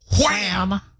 wham